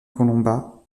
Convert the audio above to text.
colomba